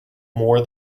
more